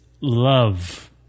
love